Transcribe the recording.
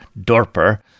Dorper